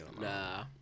Nah